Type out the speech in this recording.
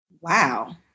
Wow